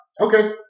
Okay